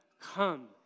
come